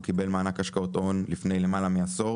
הוא קיבל מענק השקעות הון לפני למעלה מעשור